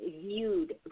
viewed